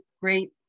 great